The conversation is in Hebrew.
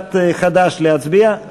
קבוצת חד"ש, להצביע?